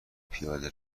پیاده